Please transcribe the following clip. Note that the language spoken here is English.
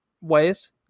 ways